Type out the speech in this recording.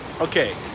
Okay